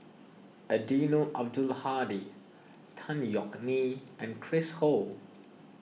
Eddino Abdul Hadi Tan Yeok Nee and Chris Ho